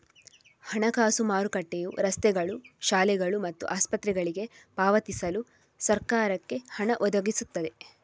ಹಣಕಾಸು ಮಾರುಕಟ್ಟೆಯು ರಸ್ತೆಗಳು, ಶಾಲೆಗಳು ಮತ್ತು ಆಸ್ಪತ್ರೆಗಳಿಗೆ ಪಾವತಿಸಲು ಸರಕಾರಕ್ಕೆ ಹಣ ಒದಗಿಸ್ತವೆ